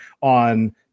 on